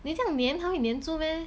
你这样粘它会粘着 meh